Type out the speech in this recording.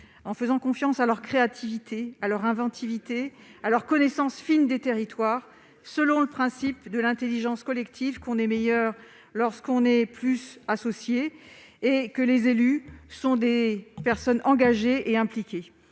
en faisant confiance à leur créativité, à leur inventivité, à leur connaissance fine des territoires, selon le principe de l'intelligence collective : on est meilleurs quand on est plus nombreux. Les élus sont des personnes engagées et impliquées.